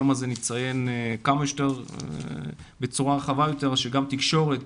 נציין את היום זה בצורה רחבה כמה שיותר שגם התקשורת